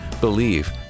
Believe